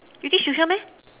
you give tuition